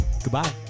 Goodbye